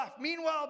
Meanwhile